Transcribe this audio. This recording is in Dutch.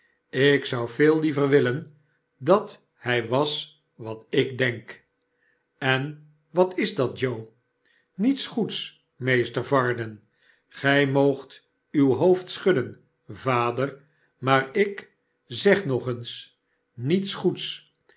ik zou veel liever willen dat hij was wat ik denk en wat is dat joe niets goeds meester varden gij moogt uw hoofd schudden vader maar ik zeg nog eens niets goeds